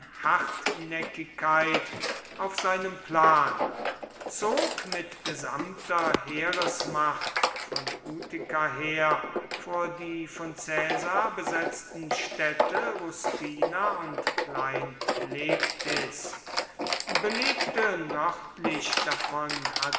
hartnäckigkeit auf seinem plan zog mit gesamter heeresmacht von utica her vor die von caesar besetzten städte ruspina und klein leptis belegte nördlich davon